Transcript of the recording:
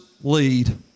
lead